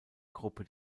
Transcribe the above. gruppe